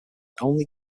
only